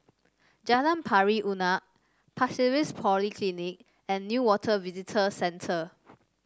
Jalan Pari Unak Pasir Ris Polyclinic and Newater Visitor Centre